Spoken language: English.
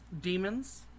demons